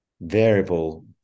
variable